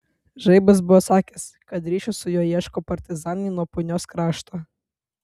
žaibas buvo sakęs kad ryšio su juo ieško partizanai nuo punios krašto